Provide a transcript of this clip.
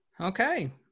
Okay